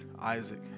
Isaac